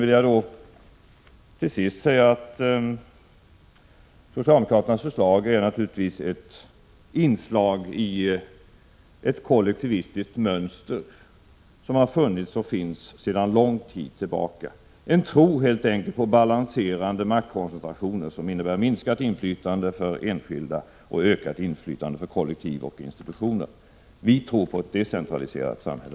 Till sist vill jag säga att socialdemokraternas förslag naturligtvis är ett inslag i ett kollektivistiskt mönster, ett mönster som har funnits sedan lång tid tillbaka. Det är helt enkelt en tro på balanserande maktkoncentrationer, som innebär en minskning av inflytandet för enskilda och en ökning av inflytandet för kollektiv och institutioner. Vi tror på ett decentraliserat samhälle.